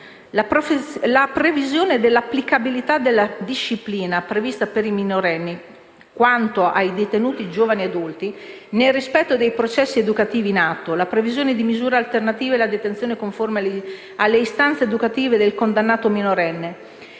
la previsione dell'applicabilità della disciplina prevista per i minorenni quantomeno ai detenuti giovani adulti, nel rispetto dei processi educativi in atto; la previsione di misure alternative alla detenzione conformi alle istanze educative del condannato minorenne;